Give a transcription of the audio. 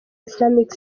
islamic